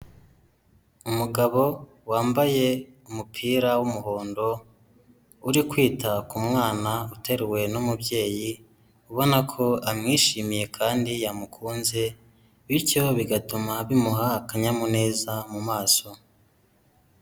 Umugabo wambaye umupira w'umuhondo, uri kwita ku mwana uteruwe n'umubyeyi, ubona ko amwishimiye kandi yamukunze, bityo bigatuma bimuha akanyamuneza mu maso.